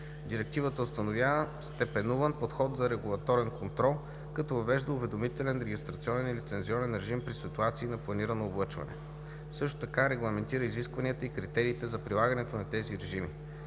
Директивата установява степенуван подход за регулаторен контрол, като въвежда уведомителен, регистрационен и лицензионен режим при ситуации на планирано облъчване. Също така регламентира изискванията и критериите за прилагането на тези режими.